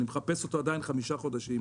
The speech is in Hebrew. אני מחפש אותו חמישה חודשים.